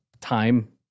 time